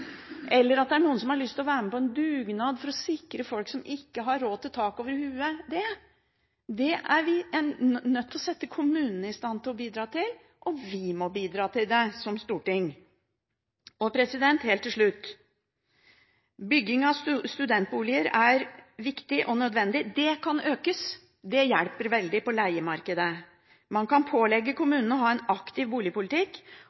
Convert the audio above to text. eller at det er noen som har lyst til å være med på en dugnad for å sikre folk som ikke har råd til det, tak over hodet. Det er vi nødt til å sette kommunene i stand til å bidra til, og vi må bidra til det som storting. Helt til slutt: Bygging av studentboliger er viktig og nødvendig. Den kan økes. Det hjelper veldig på leiemarkedet. Man kan pålegge